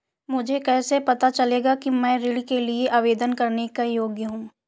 मुझे कैसे पता चलेगा कि मैं ऋण के लिए आवेदन करने के योग्य हूँ?